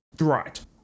right